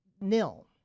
nil